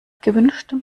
gewünschtem